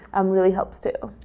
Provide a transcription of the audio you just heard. um really helps, too.